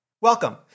Welcome